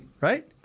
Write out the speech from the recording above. right